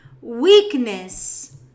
weakness